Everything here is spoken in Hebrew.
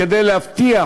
כדי להבטיח